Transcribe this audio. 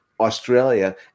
Australia